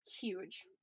huge